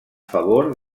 favor